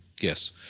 Yes